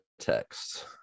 text